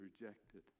rejected